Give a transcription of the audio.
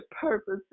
purpose